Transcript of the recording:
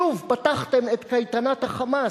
שוב פתחתם את קייטנת ה"חמאס",